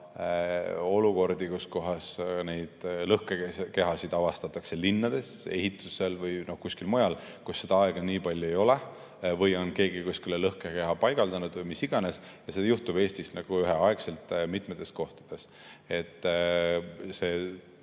olukordi, kui neid lõhkekehasid avastatakse linnades, ehitusel või kuskil mujal, kus seda aega nii palju ei ole, või on keegi kuskile lõhkekeha paigaldanud või mis iganes. Seda juhtub Eestis üheaegselt mitmes kohas. See